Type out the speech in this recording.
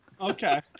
Okay